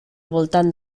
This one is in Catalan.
voltant